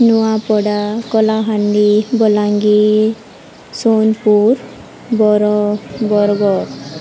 ନୂଆପଡ଼ା କଲାହାଣ୍ଡି ବଲାଙ୍ଗୀର ସୋନପୁର ବର ବରଗଡ଼